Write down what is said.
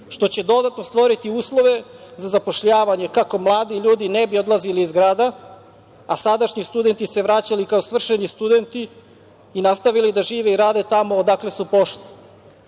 što će dodatno stvoriti uslove za zapošljavanje kako mladi ljudi ne bi odlazili iz grada, a sadašnji studenti se vraćala kao svršeni studenti i nastavili da žive i rade tamo odakle su pošli. Ovom